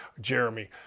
Jeremy